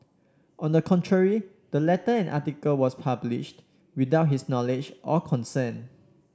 on the contrary the letter and article was published without his knowledge or consent